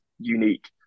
unique